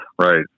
Right